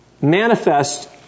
manifest